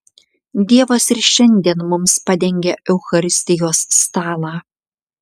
dievas ir šiandien mums padengia eucharistijos stalą